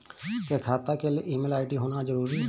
क्या खाता के लिए ईमेल आई.डी होना जरूरी है?